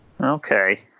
Okay